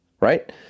right